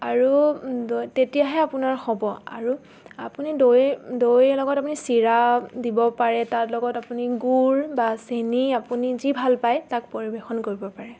আৰু দৈ তেতিয়াহে আপোনাৰ হ'ব আৰু আপুনি দৈ দৈৰ লগত আপুনি চিৰা দিব পাৰে তাৰ লগত আপুনি গুৰ বা চেনি আপুনি যি ভাল পায় তাক পৰিৱেশন কৰিব পাৰে